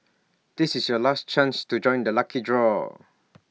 this is your last chance to join the lucky draw